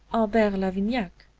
albert lavignac,